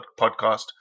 podcast